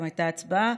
גם הייתה הצבעה,